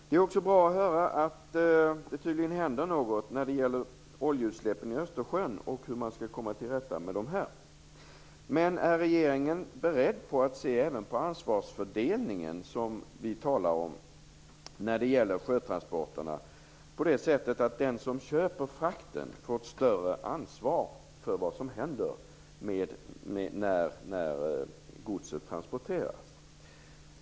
Det känns också bra att höra att det tydligen händer något när det gäller oljeutsläppen i Östersjön och hur man skall komma till rätta med dem. Men är regeringen beredd att även se på den ansvarsfördelning som vi talar om när det gäller sjötransporterna på det sättet att den som köper frakten får ett större ansvar för vad som händer när godset transporteras?